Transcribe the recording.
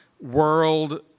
world